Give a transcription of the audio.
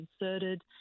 inserted